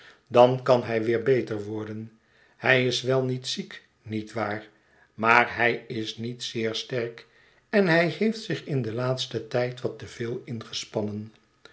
dan kan hij weer beter worden hij is wel niet ziek niet waar maar hij is niet zeer sterk en hij heeft zich in den laatsten tijd wat te veel ingespannen